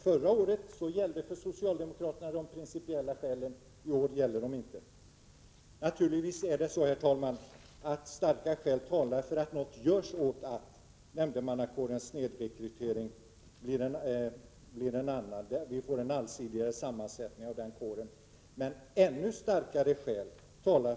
Förra året gällde för socialdemokraterna de principiella skälen — i år gäller de inte, Naturligtvis är de så, herr talman, att starka skäl talar för att något görs åt nämndemannakårens snedrekrytering, att något görs för att sammansättningen skall bli en annan och mer allsidig.